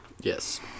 yes